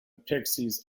pixies